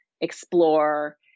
explore